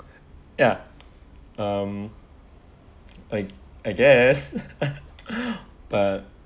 ya um I I guess but